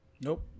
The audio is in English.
nope